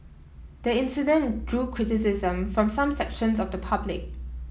the incident drew criticism from some sections of the public